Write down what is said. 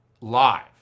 live